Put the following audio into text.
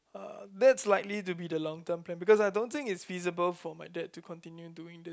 uh that's likely to be the long term plan because I don't think it's feasible for my dad to continue doing this